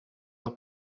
del